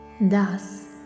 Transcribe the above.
Thus